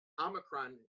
Omicron